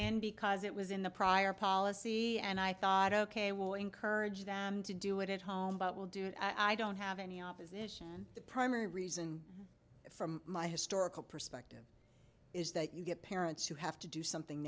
in because it was in the prior policy and i thought ok will encourage them to do it at home but will do it i don't have any opposition the primary reason for my historical perspective is that you get parents who have to do something